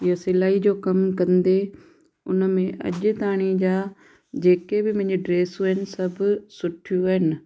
इहो सिलाई जो कमु कंदे उन में अॼु ताई जा जेके बि मुंहिंजी ड्रेसूं आहिनि सभु सुठियूं आहिनि